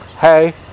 hey